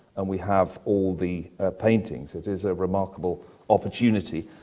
and we have all the paintings, it is a remarkable opportunity,